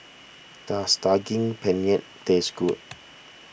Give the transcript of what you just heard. does Daging Penyet taste good